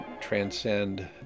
transcend